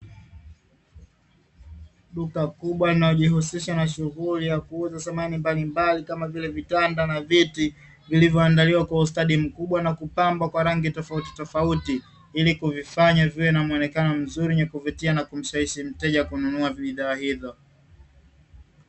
Duka kubwa linajihusisha na shughuli ya kuuza samani mbalimbali kama vile vitanda na vi, ti vilivyoandaliwa kwa ustadi mkubwa na kupambwa kwa rangi tofautitofauti, ili kuvifanya viwe na muonekano mzuri wenye kuvutia na kumshawishi mteja kununua bidhaa hizo.